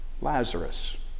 Lazarus